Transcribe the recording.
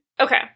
Okay